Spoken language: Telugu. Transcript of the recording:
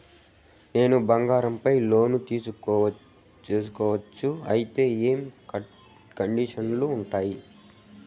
నేను బంగారం పైన లోను తీసుకోవచ్చా? అయితే ఏ కండిషన్లు ఉంటాయి?